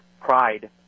pride